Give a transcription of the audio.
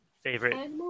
favorite